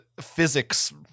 physics